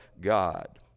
God